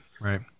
right